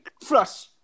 flush